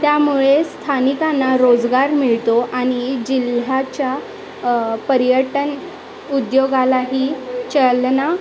त्यामुळे स्थानिकांना रोजगार मिळतो आणि जिल्ह्याच्या पर्यटन उद्योगालाही चालना